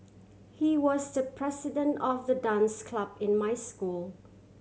he was the president of the dance club in my school